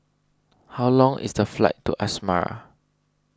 how long is the flight to Asmara